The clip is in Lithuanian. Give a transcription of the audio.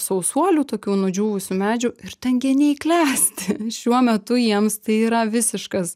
sausuolių tokių nudžiūvusių medžių ir ten geniai klesti šiuo metu jiems tai yra visiškas